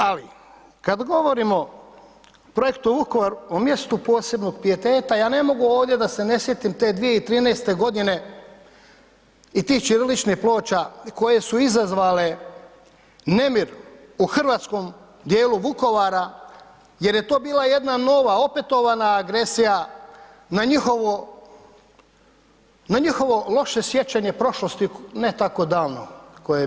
Ali kada govorio o projektu Vukovar o mjestu posebno pijeteta ja ne mogu ovdje da se ne sjetim te 2013. godine i tih ćiriličnih ploča koje su izazvale nemir u hrvatskom dijelu Vukovara jer je to bila jedna nova, opetovana agresija na njihovo loše sjećanje prošlosti ne tako davno koje je bilo.